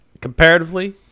comparatively